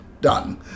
done